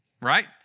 Right